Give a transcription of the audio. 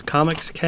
Comics